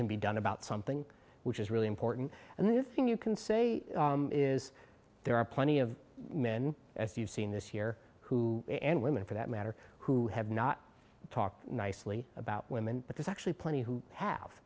can be done about something which is really important and this thing you can say is there are plenty of men as you've seen this here who and women for that matter who have not talked nicely about women because actually plenty who have